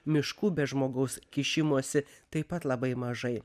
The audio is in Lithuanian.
miškų be žmogaus kišimosi taip pat labai mažai